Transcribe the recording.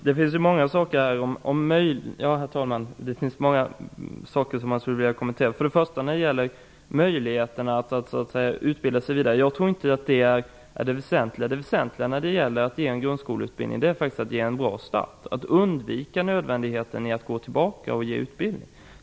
Herr talman! Det finns många saker jag vill kommentera. När det gäller möjligheterna för att utbilda sig vidare vill jag säga att jag tror att det väsentliga är en bra start. Det är viktigt att man undviker att behöva gå tillbaka och få utbildning.